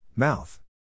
Mouth